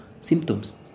symptoms